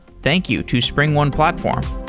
thank you to springone platform.